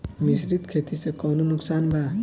मिश्रित खेती से कौनो नुकसान बा?